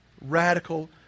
Radical